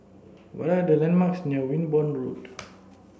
what are the landmarks near Wimborne Road